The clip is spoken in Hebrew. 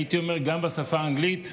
הייתי אומר גם בשפה האנגלית,